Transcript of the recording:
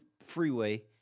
freeway